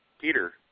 Peter